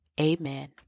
amen